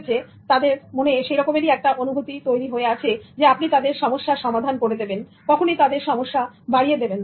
সুতরাং তাদের মনে এমন একটা অনুভূতি আছে যে আপনি তাদের সমস্যার সমাধান করে দেবেন কখনোই তাদের সমস্যা বাড়িয়ে দেবেন না